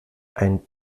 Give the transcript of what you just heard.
ein